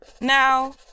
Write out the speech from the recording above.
Now